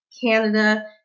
Canada